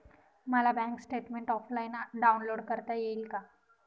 मला bank statement offline download करता येईल का?